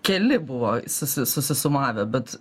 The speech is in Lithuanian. keli buvo susi susisumavę bet